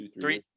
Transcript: three